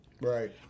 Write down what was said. Right